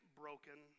broken